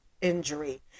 injury